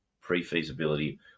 pre-feasibility